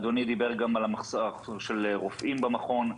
אדוני דיבר גם על המחסור ברופאים במכון.